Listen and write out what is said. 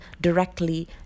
directly